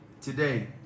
today